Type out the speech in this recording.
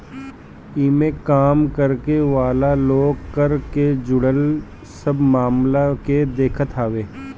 इमें काम करे वाला लोग कर से जुड़ल सब मामला के देखत हवे